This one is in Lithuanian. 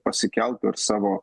pasikeltų ir savo